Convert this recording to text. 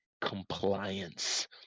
compliance